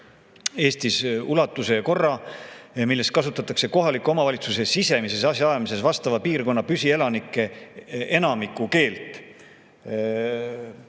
Eestis ulatuse ja korra, milles kasutatakse kohaliku omavalitsuse sisemises asjaajamises vastava piirkonna püsielanike enamiku keelt.